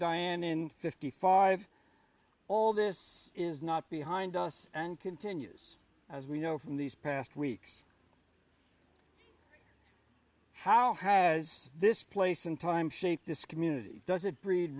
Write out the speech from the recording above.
in fifty five all this is not behind us and continues as we know from these past weeks how has this place in time shaped this community does it breed